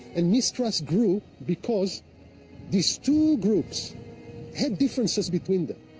and mistrust grew because these two groups had differences between them,